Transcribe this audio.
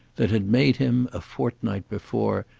that had made him, a fortnight before,